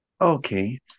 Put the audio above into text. Okay